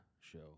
show